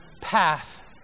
path